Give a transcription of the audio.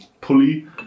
Pulley